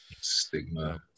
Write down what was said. stigma